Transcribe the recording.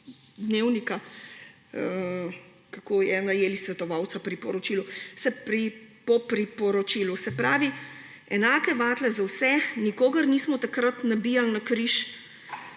Dnevnika, kako so najeli svetovalca po priporočilu. Se pravi, enake vatle za vse, nikogar nismo takrat nabijali na križ.